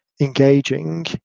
engaging